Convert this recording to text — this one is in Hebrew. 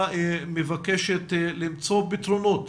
הוועדה מבקשת למצוא פתרונות